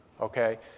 okay